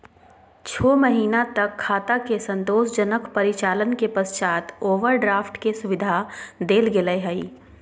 छो महीना तक खाता के संतोषजनक परिचालन के पश्चात ओवरड्राफ्ट के सुविधा देल गेलय हइ